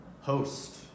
host